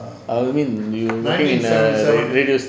err you mean you mean err radio radio